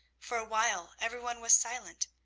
for a while every one was silent,